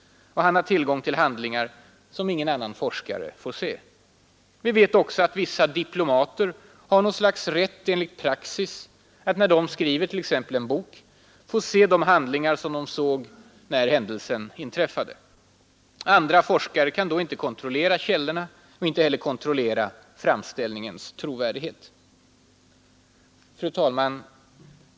Han har tillgång till handlingar som ingen annan forskare får se. Vi vet också att vissa diplomater har något slags rätt enligt praxis att, när de t.ex. skriver en bok, få se de handlingar som de såg när händelsen inträffade. Andra forskare kan då inte kontrollera källorna och framställningens trovärdighet. Fru talman!